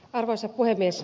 arvoisa puhemies